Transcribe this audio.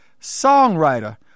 songwriter